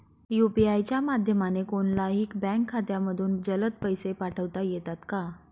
UPI च्या माध्यमाने कोणलाही बँक खात्यामधून जलद पैसे पाठवता येतात का?